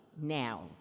now